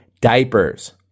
diapers